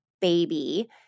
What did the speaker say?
baby